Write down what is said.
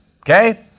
Okay